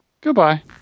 Goodbye